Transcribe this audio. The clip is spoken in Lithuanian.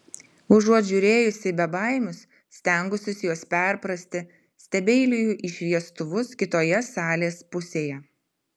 užuot žiūrėjusi į bebaimius stengusis juos perprasti stebeiliju į šviestuvus kitoje salės pusėje